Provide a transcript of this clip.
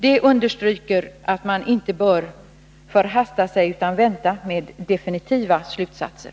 Det understryker att man inte bör förhasta sig utan vänta med definitiva slutsatser.